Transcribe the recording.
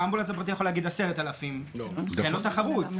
האמבולנס הפרטי יכול להגיד 10,000 ואין לו תחרות.